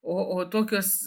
o o tokios